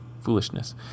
foolishness